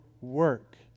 work